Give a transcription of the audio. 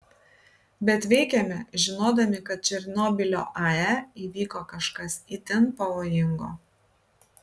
bet veikėme žinodami kad černobylio ae įvyko kažkas itin pavojingo